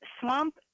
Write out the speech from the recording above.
Swamp